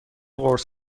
قرص